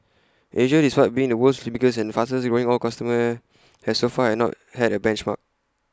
Asia despite being the world's biggest and fastest growing oil costumer has so far and not had A benchmark